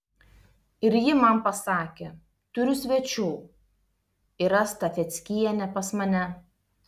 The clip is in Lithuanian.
ir ji man pasakė turiu svečių yra stafeckienė pas mane